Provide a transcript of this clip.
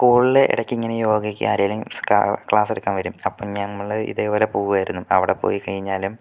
സ്കൂളിൽ ഇടയ്ക്ക് ഇങ്ങനെ യോഗയ്ക്ക് ആരെങ്കിലും സ്ക്ളാ ക്ലാസ്സെടുക്കാൻ വരും അപ്പോൾ ഞങ്ങൾ ഇതേപോലെ പോകുമായിരുന്നു അപ്പോൾ അവിടെ പോയി കഴിഞ്ഞാലും